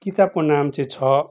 किताबको नाम चाहिँ छ